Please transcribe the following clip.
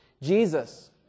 Jesus